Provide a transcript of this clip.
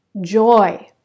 joy